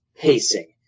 pacing